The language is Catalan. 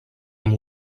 amb